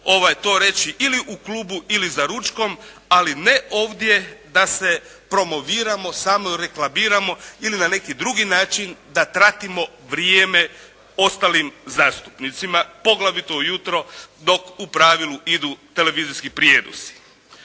to reći ili u klubu ili za ručkom ali ne ovdje da se promoviramo, samoreklamiramo ili na neki drugi način da tratimo vrijeme ostalim zastupnicima, poglavito ujutro dok u pravilu idu televizijski prijenosi.